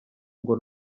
ngo